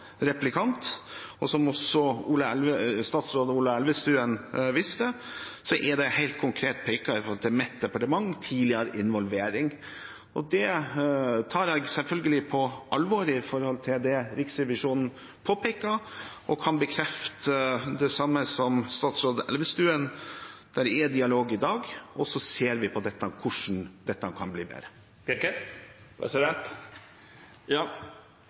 som også statsråd Ola Elvestuen viste til, er det helt konkret pekt på mitt departement når det gjelder tidligere involvering. Det tar jeg selvfølgelig på alvor, jf. det Riksrevisjonen påpeker, og jeg kan bekrefte det samme som statsråd Elvestuen: Det er dialog i dag, og vi ser på hvordan dette kan bli bedre.